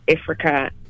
Africa